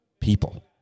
people